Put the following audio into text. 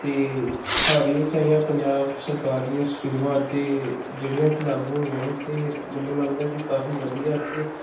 ਅਤੇ ਹਾਲ ਹੀ ਵਿੱਚ ਆਈਆਂ ਪੰਜਾਬ ਸਰਕਾਰ ਦੀਆਂ ਸਕੀਮਾਂ ਅਤੇ ਜਿਹੜੀਆਂ ਕਿ ਲਾਗੂ ਹੋਈਆਂ ਨੇ ਅਤੇ ਮੈਨੂੰ ਲੱਗਦਾ ਕਿ ਕਾਫੀ ਵਧੀਆ ਅਤੇ